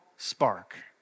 Spark